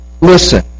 Listen